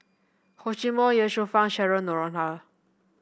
Hor Chim Or Ye Shufang Cheryl Noronha